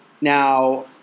Now